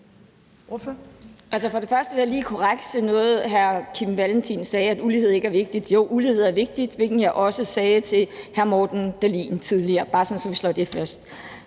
(SF) : Først vil jeg lige korrekse noget, hr. Kim Valentin sagde om, at ulighed ikke er vigtigt. Jo, ulighed er vigtigt, hvilket jeg også sagde til hr. Morten Dahlin tidligere. Det er bare for, at vi slår det fast.